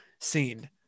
scene